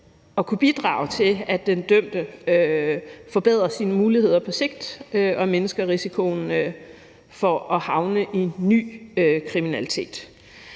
at kunne bidrage til, at den dømte forbedrer sine muligheder på sigt og mindsker risikoen for at havne i ny kriminalitet.